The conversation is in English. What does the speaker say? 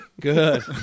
good